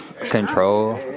control